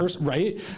right